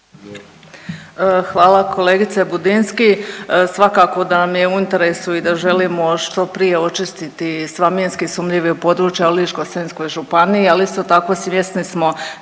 Hvala kolegice Budinski. Svakako da nam je u interesu i da želimo što prije očistiti sva minski sumnjiva područja u Ličko-senjskoj županiji, ali isto tako, svjesni smo